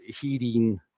heating